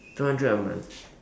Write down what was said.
two hundred a month